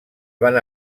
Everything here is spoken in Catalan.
van